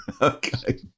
Okay